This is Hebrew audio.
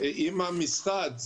עם המשרד.